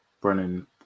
Brennan